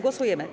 Głosujemy.